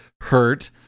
hurt